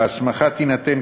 ההסמכה תינתן,